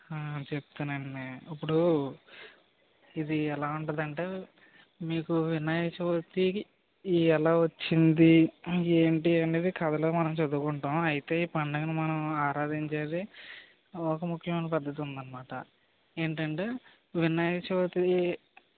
చెప్తానండీ ఇప్పుడు ఇది ఎలా ఉంటదంటే మీకు వినాయక చవితి ఎలా వచ్చింది ఏంటి అనేది కథలో మనం చదువుకుంటాము అయితే ఈ పండుగని మనం ఆరాధించేది ఒక ముఖ్యమైన పద్ధతి ఉందనమాట ఏంటంటే వినాయక చవితి